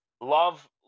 Love